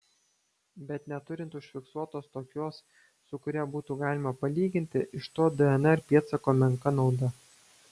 bet neturint užfiksuotos tokios su kuria būtų galima palyginti iš to dnr pėdsako menka nauda